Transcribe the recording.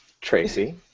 Tracy